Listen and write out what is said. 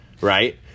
right